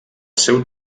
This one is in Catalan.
seu